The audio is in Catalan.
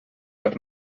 per